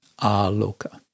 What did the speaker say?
aloka